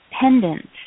pendant